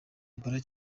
ebola